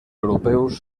europeus